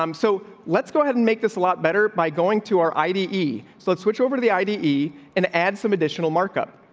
um so let's go ahead and make this a lot better by going to our i d e. so let's switch over to the i. d. e and add some additional markup.